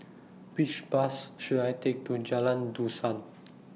Which Bus should I Take to Jalan Dusan